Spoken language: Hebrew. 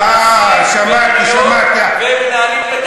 והם מנהלים את החיים שלהם ואף אחד לא מנהל להם את החיים.